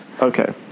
Okay